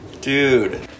dude